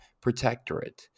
protectorate